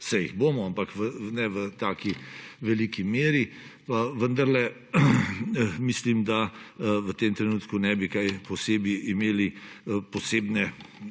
saj jih bomo, ampak ne v taki veliki meri – vendarle mislim, da v tem trenutku ne bi imeli posebne